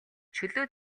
чөлөө